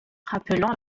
rappelant